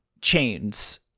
Chains